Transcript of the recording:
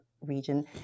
region